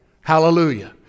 Hallelujah